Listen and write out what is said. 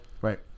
Right